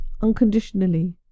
unconditionally